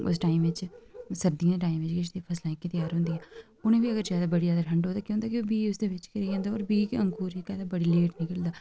उस टाइम बिच्च सर्दियें दे टाइम बिच जेह्कियां फसलां त्यार होंदियां उ'नेंगी बी अगर बड़ी जैदा ठंड होऐ तां केह् होंदा कि बीऽ उसदे बिच्च गै रेही जंदा होर बीऽ गै ङूरदा निकलदा बड़ी लेट निकलदा